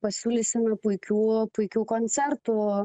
pasiūlysime puikių puikių koncertų